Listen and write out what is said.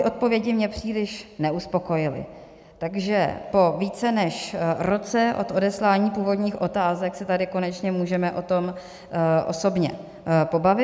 Odpovědi mě příliš neuspokojily, takže po více než roce od odeslání původních otázek se tady konečně můžeme o tom osobně pobavit.